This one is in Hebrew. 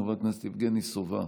חבר הכנסת יבגני סובה,